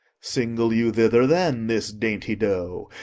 single you thither then this dainty doe,